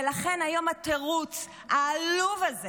ולכן, היום התירוץ העלוב הזה